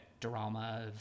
drama